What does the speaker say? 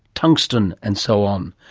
tungsten and so on.